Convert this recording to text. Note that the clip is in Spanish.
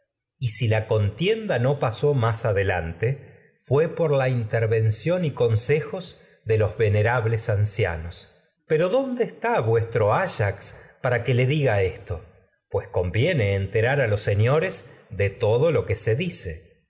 y si la pasó más adelante fué por la intervención y consejos de los ve dónde está vuestro ayax para nerables ancianos pero que de le diga lo esto pues se conviene enterar a los señores todo que dice